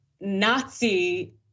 Nazi